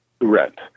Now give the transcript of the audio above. rent